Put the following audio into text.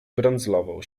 brandzlował